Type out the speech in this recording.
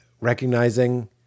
recognizing